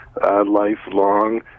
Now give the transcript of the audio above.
lifelong